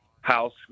house